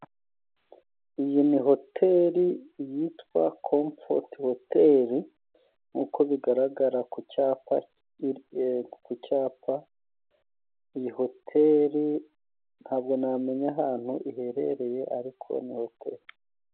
Iyi ni hoteli yitwa comfoti hoteli nkuko bigaragara ku cyapa, yego ku cyapa. Iyi hoteri ntabwo namenya ahantu iherereye ariko ni hoteli.